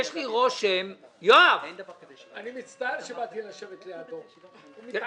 יואב, יש לי רושם שאתה